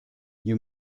you